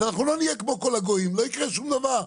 אז אנחנו לא נהיה כמו כל הגויים, לא יקרה שום דבר.